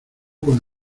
con